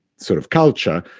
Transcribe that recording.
sort of culture.